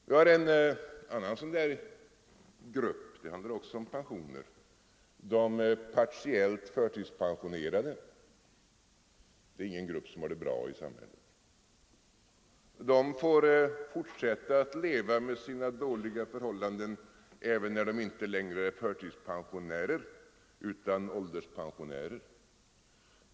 Jag kan också nämna en annan grupp som inte har det bra i samhället, nämligen de partiellt förtidspensionerade. De får fortsätta att leva i dåliga förhållanden även när de inte längre är förtidspensionärer utan ålderspensionärer.